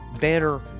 better